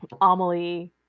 Amelie